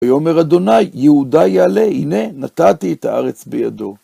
וַיֹּ֥אמֶר יְהוָ֖ה יְהוּדָ֣ה יַעֲלֶ֑ה הִנֵּ֛ה נָתַ֥תִּי אֶת־הָאָ֖רֶץ בְּיָדֽוֹ